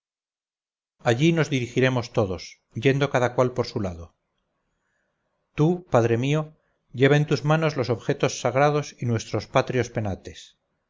allí nos dirigiremos todos yendo cada cuál por su lado tú padre mío lleva en tus manos los objetos sagrados y nuestros patrios penates